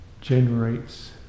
generates